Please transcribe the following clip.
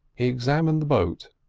he examined the boat,